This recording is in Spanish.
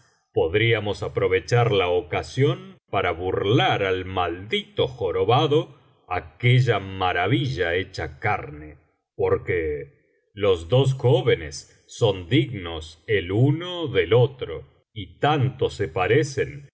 podríamos aprovechar la ocasión para burlar al maldito jorobado aquella maravilla hecha carne porque los dos jóvenes son dignos el uno del biblioteca valenciana las mil noches y una noche otro y tanto se parecen